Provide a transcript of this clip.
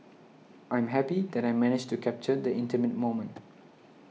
I'm happy that I managed to capture the intimate moment